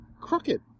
crooked